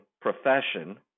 profession